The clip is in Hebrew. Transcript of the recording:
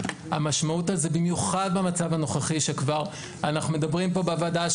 המשמעות של זה - במיוחד במצב הנוכחי כפי שהזכרנו כאן בוועדה